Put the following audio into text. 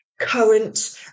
current